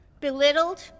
belittled